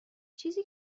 چیزی